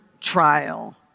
trial